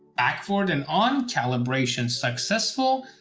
back forward and on calibration successful.